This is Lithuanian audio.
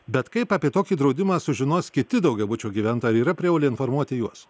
bet kaip apie tokį draudimą sužinos kiti daugiabučio gyventojai ar yra prievolė informuoti juos